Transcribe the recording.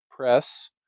Press